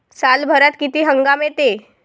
सालभरात किती हंगाम येते?